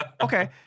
Okay